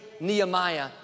Nehemiah